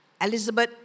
Elizabeth